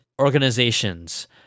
organizations